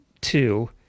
two